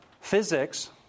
physics